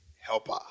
helper